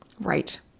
Right